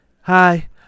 hi